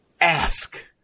Ask